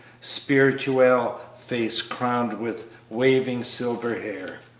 spirituelle face crowned with waving silver hair.